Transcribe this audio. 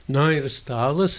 na ir stalas